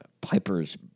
Piper's